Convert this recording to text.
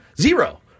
zero